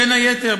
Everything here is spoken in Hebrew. בין היתר,